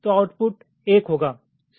तो आउटपुट एक होगा सही है